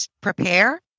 prepare